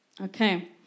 Okay